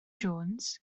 jones